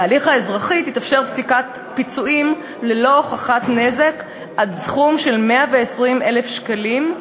בהליך האזרחי תתאפשר פסיקת פיצויים ללא הוכחת נזק עד סך 120,000 שקלים,